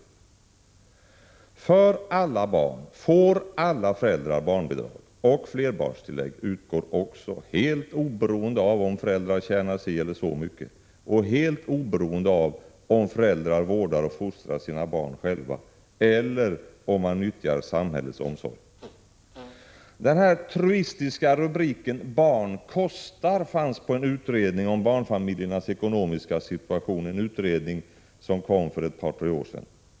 Alla föräldrar får barnbidrag för alla barn, och flerbarnstillägg utgår också helt oberoende av föräldrarnas inkomster och helt oberoende av om föräldrar vårdar och fostrar sina barn själva eller om de nyttjar samhällets omsorg. Den truistiska rubriken ”Barn kostar” fanns på en utredning om barnfamiljernas ekonomiska situation som kom för ett par tre år sedan.